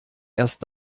erst